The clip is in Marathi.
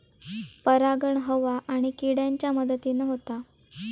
परागण हवा आणि किड्यांच्या मदतीन होता